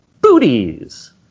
Booties